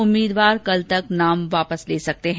उम्मीदवार कल तक नाम वापस ले सकते हैं